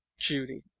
judy